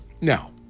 Now